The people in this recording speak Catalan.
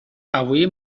avui